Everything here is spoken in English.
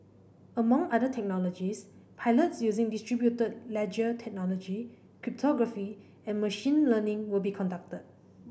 among other technologies pilots using distributed ledger technology cryptography and machine learning will be conducted